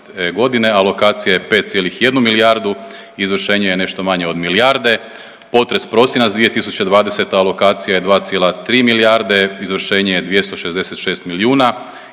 godine alokacija je 5,1 milijardu, izvršenje je nešto manje od milijarde. Potres prosinac 2020. alokacija je 2,3 milijarde izvršenje je 266 milijuna